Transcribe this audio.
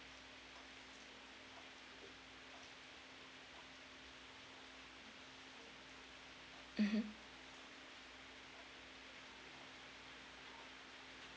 mmhmm